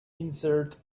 insert